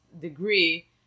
degree